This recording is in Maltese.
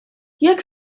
jekk